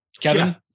Kevin